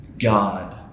God